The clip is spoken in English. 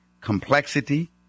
complexity